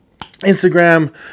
Instagram